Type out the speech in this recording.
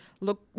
Look